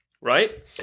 right